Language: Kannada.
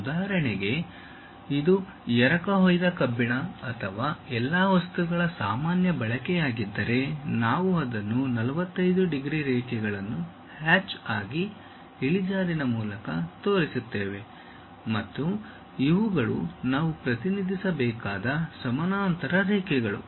ಉದಾಹರಣೆಗೆ ಇದು ಎರಕಹೊಯ್ದ ಕಬ್ಬಿಣ ಅಥವಾ ಎಲ್ಲಾ ವಸ್ತುಗಳ ಸಾಮಾನ್ಯ ಬಳಕೆಯಾಗಿದ್ದರೆ ನಾವು ಅದನ್ನು 45 ಡಿಗ್ರಿ ರೇಖೆಗಳನ್ನು ಹ್ಯಾಚ್ ಆಗಿ ಇಳಿಜಾರಿನ ಮೂಲಕ ತೋರಿಸುತ್ತೇವೆ ಮತ್ತು ಇವುಗಳು ನಾವು ಪ್ರತಿನಿಧಿಸಬೇಕಾದ ಸಮಾನಾಂತರ ರೇಖೆಗಳು